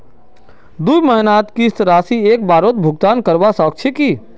दुई महीनार किस्त राशि एक बारोत भुगतान करवा सकोहो ही?